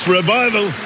revival